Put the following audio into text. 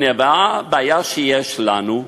הבעיה שיש לנו,